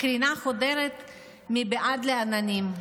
הקרינה חודרת מבעד לעננים,